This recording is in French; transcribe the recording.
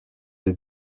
des